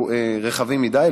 רחבים מדי,